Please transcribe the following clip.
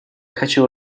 хочу